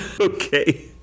Okay